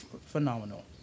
phenomenal